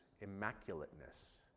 immaculateness